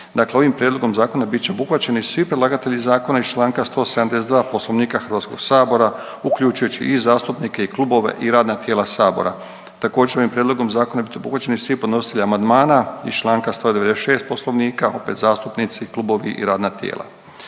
Dakle, ovim prijedlogom zakona bit će obuhvaćeni svi predlagatelji zakona iz Članka 172. Poslovnika Hrvatskog sabora uključujući i zastupnike i klubove i radna tijela sabora. Također, ovim prijedlogom zakona bit obuhvaćeni svi podnositelji amandmana iz Članka 196. Poslovnika opet zastupnici, klubovi i radna tijela.